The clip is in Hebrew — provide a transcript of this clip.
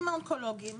האונולוגיים.